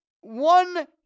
one